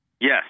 Yes